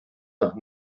nach